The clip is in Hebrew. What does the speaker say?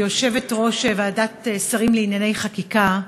שאלה ראשונה, כיושבת-ראש ועדת שרים לענייני חקיקה,